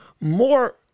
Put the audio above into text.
more